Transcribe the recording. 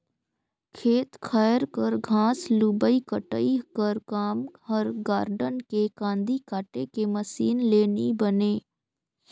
खेत खाएर कर घांस लुबई कटई कर काम हर गारडन के कांदी काटे के मसीन ले नी बने